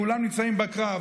כולם נמצאים בקרב,